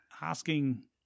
asking